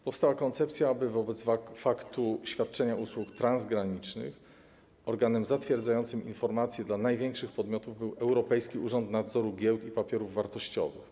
Powstała koncepcja, aby wobec faktu świadczenia usług transgranicznych organem zatwierdzającym informację dla największych podmiotów był Europejski Urząd Nadzoru Giełd i Papierów Wartościowych.